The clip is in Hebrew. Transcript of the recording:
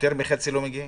פחות מחצי לא מגיעים.